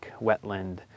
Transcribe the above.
wetland